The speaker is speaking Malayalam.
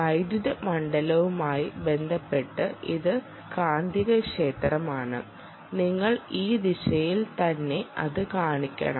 വൈദ്യുത മണ്ഡലവുമായി ബന്ധപ്പെട്ട് ഇത് കാന്തികക്ഷേത്രമാണ് നിങ്ങൾ ഈ ദിശയിൽ തന്നെ അത് കാണിക്കണം